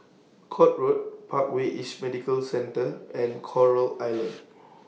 Court Road Parkway East Medical Center and Coral Island